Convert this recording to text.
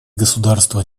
государства